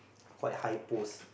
quite high post